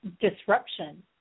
disruption